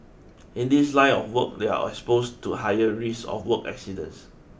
in this line of work they are exposed to higher risk of work accidents